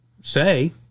say